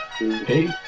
Hey